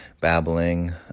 babbling